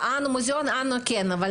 כן,